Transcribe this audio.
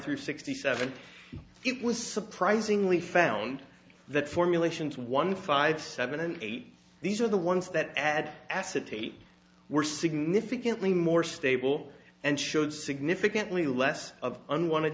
through sixty seven it was surprisingly found that formulations one five seven and eight these are the ones that add acetate were significantly more stable and showed significantly less of an want